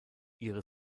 ihre